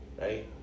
right